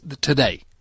today